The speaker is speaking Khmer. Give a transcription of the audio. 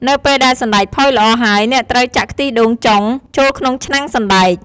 នៅពេលដែលសណ្ដែកផុយល្អហើយ អ្នកត្រូវចាក់ខ្ទិះដូងចុង ចូលក្នុងឆ្នាំងសណ្ដែក។